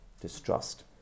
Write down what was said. distrust